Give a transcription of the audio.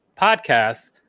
podcasts